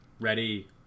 ready